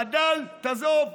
חדל, תעזוב.